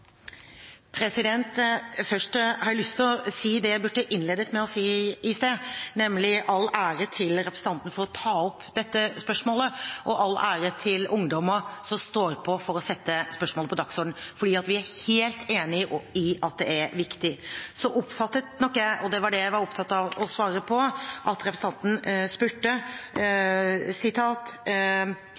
Først har jeg lyst til å si det jeg burde innledet med å si i sted, nemlig: All ære til representanten for å ta opp dette spørsmålet, og all ære til ungdommer som står på for å sette spørsmålet på dagsordenen. Vi er helt enig i at det er viktig. Så oppfattet nok jeg – og det var det jeg var opptatt av å svare på – at representanten spurte: